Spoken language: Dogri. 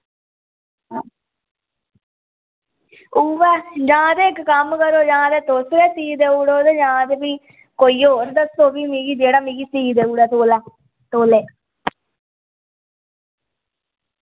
उ'ऐ जां ते इक कम्म करो जां ते तुस गै सी देऊड़ो ते जां ते फ्ही कोई होर दस्सो फ्ही मिगी जेह्ड़ा मिगी सी देऊड़ै तौला तौले